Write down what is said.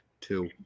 Two